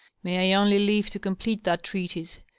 may i only live to complete that treatise,